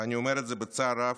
ואני אומר את זה בצער רב,